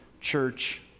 church